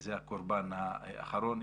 זה הקורבן האחרון.